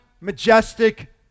majestic